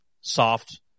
soft